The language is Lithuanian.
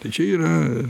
tai čia yra